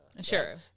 Sure